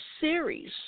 series